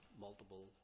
multiple